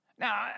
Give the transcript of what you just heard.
Now